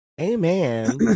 Amen